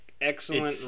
Excellent